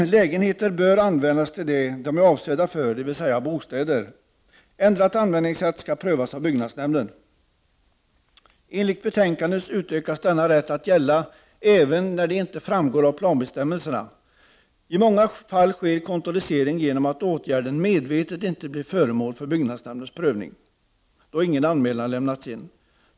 Lägenheter bör användas till det de är avsedda för, dvs. bostäder. Ändrat användningssätt skall prövas av byggnadsnämnden. Enligt betänkandet utökas denna rätt att gälla även när detta inte framgår av planbestämmelserna. I många fall sker kontorisering genom att åtgärden medvetet inte blir föremål för byggnadsnämndens prövning, eftersom ingen anmälan lämnats in.